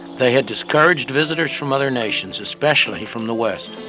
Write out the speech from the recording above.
they had discouraged visitors from other nations, especially from the west.